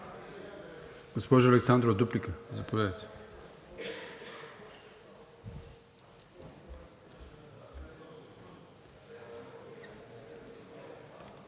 Госпожо Александрова, дуплика? Заповядайте.